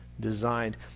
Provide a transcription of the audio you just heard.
designed